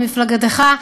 ממפלגתך,